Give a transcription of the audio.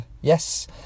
yes